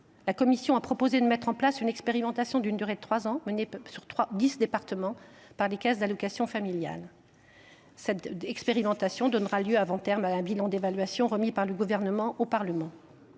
La commission a proposé de mettre en place une expérimentation d’une durée de trois ans menée dans dix départements par les caisses d’allocations familiales. Celle ci donnera lieu avant son terme à un bilan d’évaluation remis par le Gouvernement au Parlement.